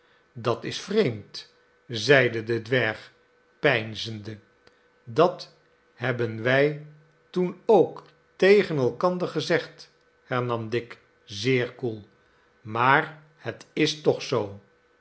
dat is vreemd zeide de dwerg peinzende dat hebben wij toen ook tegen elkaar gezegd hernam dick zeer koel maar het is toch zoo